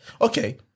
okay